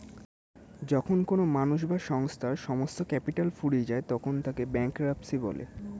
যখন কোনো মানুষ বা সংস্থার সমস্ত ক্যাপিটাল ফুরিয়ে যায় তখন তাকে ব্যাঙ্করাপ্সি বলে